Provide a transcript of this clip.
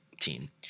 team